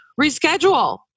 reschedule